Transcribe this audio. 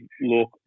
look